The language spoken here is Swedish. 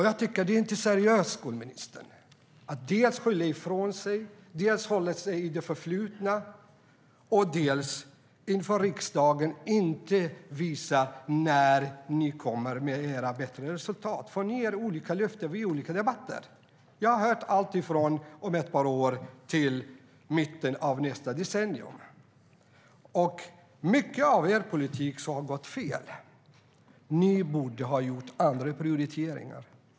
Jag tycker inte att det är seriöst, skolministern, att dels skylla ifrån sig, dels hålla sig i det förflutna och dels inte visa inför riksdagen när de bättre resultaten kommer. Ni ger nämligen olika löften i olika debatter; jag har hört alltifrån ett par år till mitten av nästa decennium. Mycket av er politik har gått fel. Ni borde ha gjort andra prioriteringar.